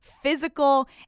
physical